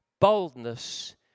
Boldness